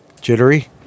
jittery